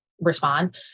respond